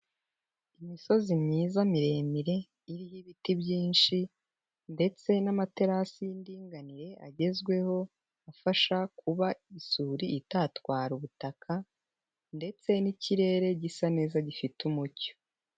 Imisozi myiza miremire iriho ibiti byinshi ndetse n'amaterasi y'indinganire agezweho afasha kuba isuri itatwara ubutaka ndetse n'ikirere gisa neza gifite umucyo.